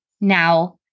Now